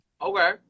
okay